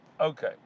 Okay